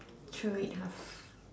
true enough